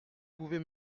pouvez